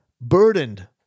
burdened